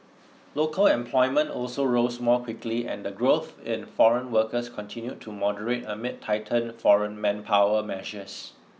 local employment also rose more quickly and the growth in foreign workers continued to moderate amid tightened foreign manpower measures